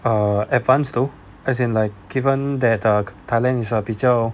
err advanced though as in like given that err thailand is a 比较